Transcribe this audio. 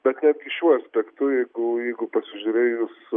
bet netgi šiuo aspektu jeigu jeigu pasižiūrėjus